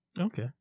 Okay